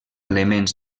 elements